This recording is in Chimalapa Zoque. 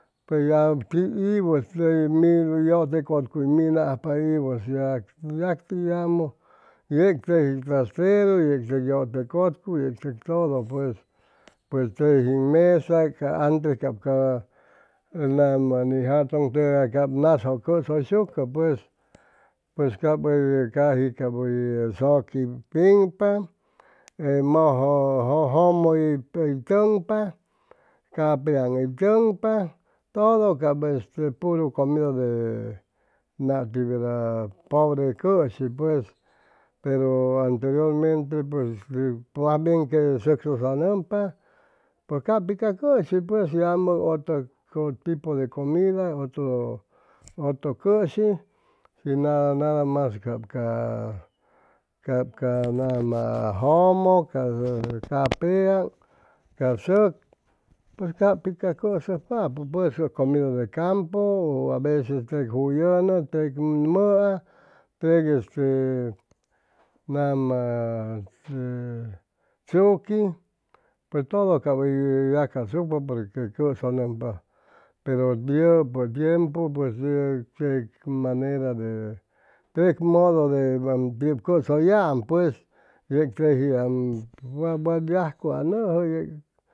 iwʉ mi yʉte cʉtcuy minajpa iwʉ yacti yamʉ yeg teji trasteru teji te yʉte cʉtcuy teji todo pues pues teji mesa ca antes ca nama ni jatʉŋ tʉgay cap nasjʉ cʉsʉysucʉ pues cap hʉy caji cap hʉy zʉqui piŋpa e mʉjʉ jʉm hʉy tʉŋpa ca hʉy tʉŋpa todo cap este puru comida de nati verda pobre cʉshi pues pero anteriormente pues mas bien que sʉk sʉsnʉmpa pʉj cap piu ca cʉshi pues yamʉ otra cosa tipo de comida otro cʉshi shi nada mas cap ca nama ca jʉmʉ capea ca sʉk ca pit ca cʉsʉjpapʉ pues ʉ comida de campo u aveces tec juyʉnʉ tec mʉa tec este naa ste tzuquin pues todo cap hʉy hʉy yacasucpa porque cʉsʉnʉmpa pero yʉpʉ tiempu pues teg manera de teg modo te tig cʉsʉyam pues yeg tejiam wat yajcu anʉjʉ yeg